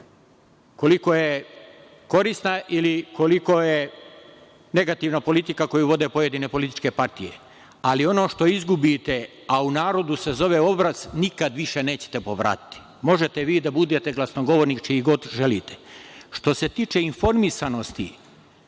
koliko je korisna ili koliko je negativna politika koju vode pojedine političke partije, ali ono što izgubite, a u narodu se zove obraz, nikada više nećete povratiti. Možete vi da budete glasnogovornik čiji god želite. Što se tiče informisanosti,